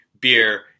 beer